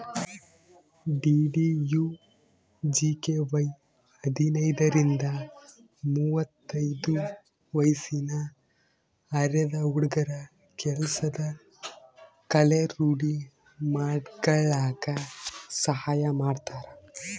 DDUGKY ಹದಿನೈದರಿಂದ ಮುವತ್ತೈದು ವಯ್ಸಿನ ಅರೆದ ಹುಡ್ಗುರ ಕೆಲ್ಸದ್ ಕಲೆ ರೂಡಿ ಮಾಡ್ಕಲಕ್ ಸಹಾಯ ಮಾಡ್ತಾರ